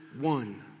one